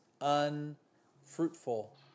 unfruitful